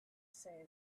say